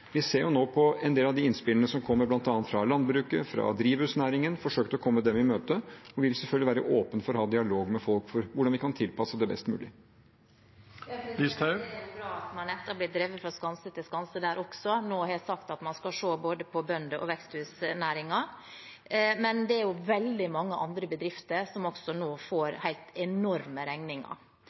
Vi ser jo nå på en del av de innspillene som kommer, bl.a. fra landbruket, fra drivhusnæringen, og har forsøkt å komme dem i møte. Og vi vil selvfølgelig være åpne for å ha dialog med folk om hvordan vi kan tilpasse det best mulig. Sylvi Listhaug – til oppfølgingsspørsmål. Det er bra at man nå – etter å ha blitt drevet fra skanse til skanse der også – har sagt at man skal se både på bøndene og på veksthusnæringen, men det er også veldig mange andre bedrifter som nå får helt enorme regninger.